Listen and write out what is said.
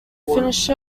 finish